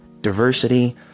diversity